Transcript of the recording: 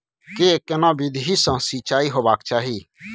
के केना विधी सॅ सिंचाई होबाक चाही?